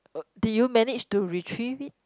uh did you manage to retrieve it